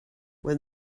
when